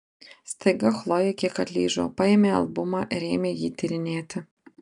staiga chlojė kiek atlyžo paėmė albumą ir ėmė jį tyrinėti